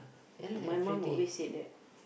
my mom always say that